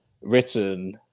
written